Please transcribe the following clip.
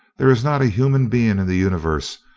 there is not a human being in the universe,